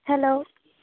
hello